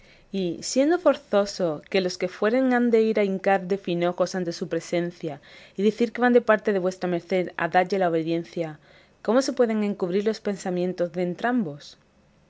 y siendo forzoso que los que fueren se han de ir a hincar de finojos ante su presencia y decir que van de parte de vuestra merced a dalle la obediencia cómo se pueden encubrir los pensamientos de